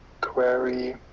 query